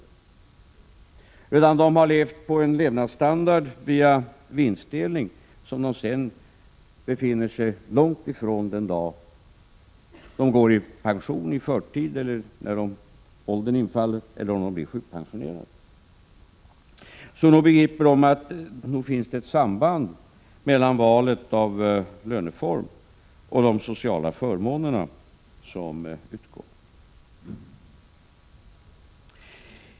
Via vinstdelning kommer de att ha levt på en levnadsstandard som de sedan befinner sig långt ifrån den dag de får förtidspension, ålderspension eller sjukpension. Så nog begriper de att det finns ett samband mellan valet av löneform och de sociala förmåner 29 som utgår.